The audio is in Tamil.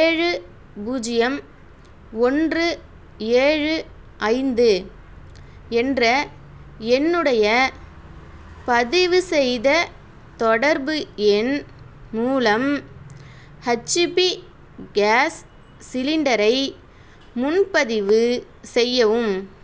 ஏழு பூஜ்ஜியம் ஒன்று ஏழு ஐந்து என்ற என்னுடைய பதிவுசெய்த தொடர்பு எண் மூலம் ஹெச்பி கேஸ் சிலிண்டரை முன்பதிவு செய்யவும்